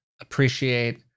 APPRECIATE